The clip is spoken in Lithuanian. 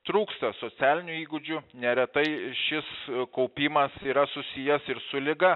trūksta socialinių įgūdžių neretai šis kaupimas yra susijęs ir su liga